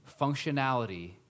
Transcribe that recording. functionality